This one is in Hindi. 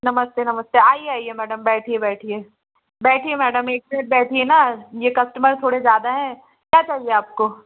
नमस्ते नमस्ते आईए आईए मैडम बैठिए बैठिए बैठिए मैडम एक मिनट बैठिए ना ये कस्टमर थोड़े ज़्यादा हैं क्या चाहिए आपको